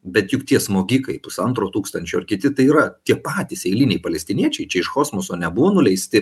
bet juk tie smogikai pusantro tūkstančio ar kiti tai yra tie patys eiliniai palestiniečiai čia iš kosmoso nebuvo nuleisti